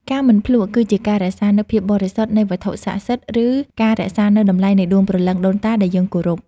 ការមិនភ្លក្ស គឺជាការរក្សានូវភាពបរិសុទ្ធនៃវត្ថុស័ក្តិសិទ្ធិ ឬការរក្សានូវតម្លៃនៃដួងព្រលឹងដូនតាដែលយើងគោរព។